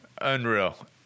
Unreal